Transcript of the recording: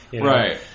Right